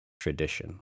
tradition